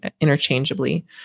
interchangeably